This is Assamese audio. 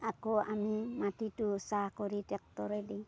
আকৌ আমি মাটিটো চাহ কৰি ট্ৰেক্টৰে দি